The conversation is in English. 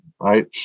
Right